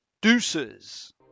Deuces